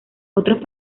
otros